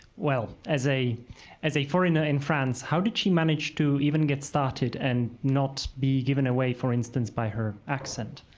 well, as a as a foreigner in france, how did she manage to even get started and not be given away, for instance, by her accent?